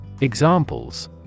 Examples